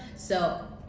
so